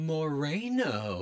Moreno